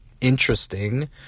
interesting